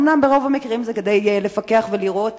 אומנם ברוב המקרים זה כדי לפקח ולראות